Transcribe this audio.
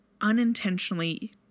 unintentionally